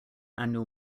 annual